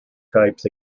types